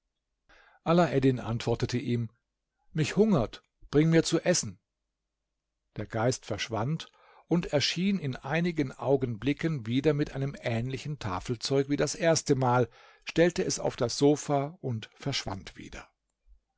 alaeddin antwortete ihm mich hungert bring mir zu essen der geist verschwand und erschien in einigen augenblicken wieder mit einem ähnlichen tafelzeug wie das erste mal stellte es auf das sofa und verschwand wieder